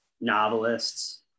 novelists